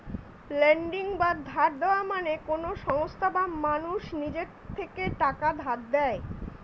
lending বা ধার দেওয়া মানে কোন সংস্থা বা মানুষ নিজের থেকে টাকা ধার দেয়